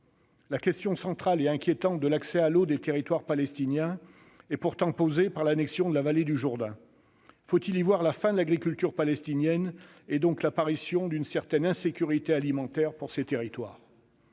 La question centrale et inquiétante de l'accès à l'eau des territoires palestiniens est pourtant posée par l'annexion de la vallée du Jourdain. Faut-il y voir la fin de l'agriculture palestinienne et donc l'apparition d'une certaine insécurité alimentaire pour ces territoires ?